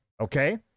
Okay